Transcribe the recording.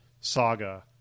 saga